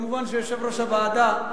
מובן שיושב-ראש הוועדה,